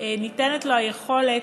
כנסת נכבדה,